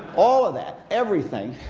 all of that, everything,